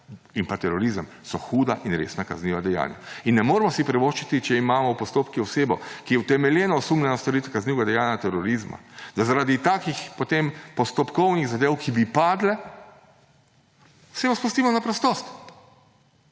in terorizem so huda in resna kazniva dejanja. In ne moremo si privoščiti, če imamo v postopku osebo, ki je utemeljeno osumljena storitve kaznivega dejanja terorizma, da potem zaradi takih postopkovnih zadev, ki bi padle, osebo izpustimo na prostost.